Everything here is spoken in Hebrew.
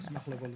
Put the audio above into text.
אשמח לבוא לדבר.